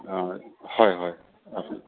অঁ হয় হয়